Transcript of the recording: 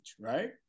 right